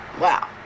wow